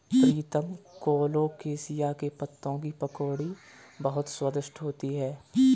प्रीतम colocasia के पत्तों की पकौड़ी बहुत स्वादिष्ट होती है